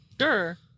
Sure